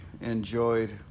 enjoyed